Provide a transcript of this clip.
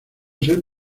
ser